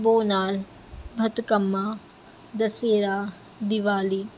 ہونال ہتھ کما دسہرہ دیوالی